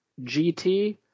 GT